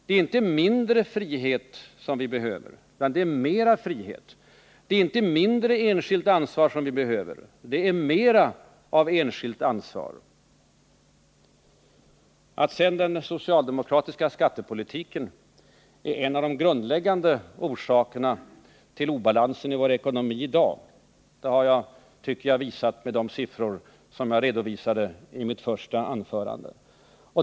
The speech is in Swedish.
Det är inte mindre frihet som vi behöver, utan det är mera frihet. Det är inte mindre av enskilt ansvar som vi behöver, utan det är mera av enskilt ansvar. Att sedan den socialdemokratiska skattepolitiken är en av de grundläggande orsakerna till obalansen i vår ekonomi i dag tycker jag att jag har visat med de siffror som jag redovisade i mitt första anförande.